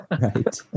Right